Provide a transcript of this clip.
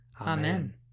Amen